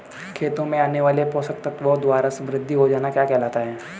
खेतों में आने वाले पोषक तत्वों द्वारा समृद्धि हो जाना क्या कहलाता है?